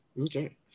Okay